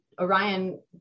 Orion